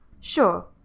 Sure